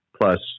plus